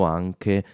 anche